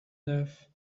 neuf